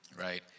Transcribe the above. Right